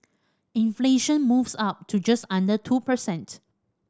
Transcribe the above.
inflation moves up to just under two percent